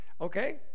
Okay